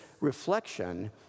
reflection